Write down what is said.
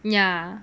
ya